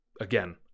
again